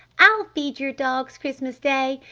i'll feed your dogs, christmas day!